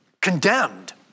condemned